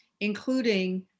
including